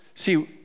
See